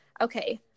okay